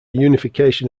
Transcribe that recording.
unification